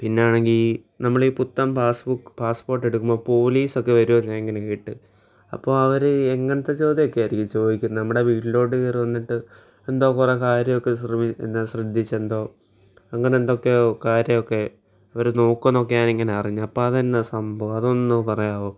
പിന്നെ ഈ നമ്മളീ പുത്തൻ പാസ്സ് ബുക്ക് പാസ്സ് പോർട്ടെടുക്കുമ്പോൾ പോലീസൊക്കെ വരുമെന്നിങ്ങനെ കേട്ട് അപ്പം അവർ ഇങ്ങനത്തെ ചോദ്യമൊക്കെയിരിക്കും ചോദിക്കുന്നത് നമ്മുടെ വീട്ടിലോട്ട് കയറി വന്നിട്ട് എൻ്റെ കുറേ കാര്യമൊക്കെ കുറേ ശ്രദ്ധിച്ചെന്തോ അങ്ങനെ എന്തൊക്കെയോ കാര്യമൊക്കെ അവർ നോക്കുമെന്നൊക്കെ ഞാനിങ്ങനെ അറിഞ്ഞ് അതെന്താണ് സംഭവം അതൊന്നു പറയാമോ